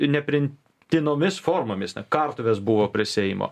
nepriimtinomis formomis kartuvės buvo prie seimo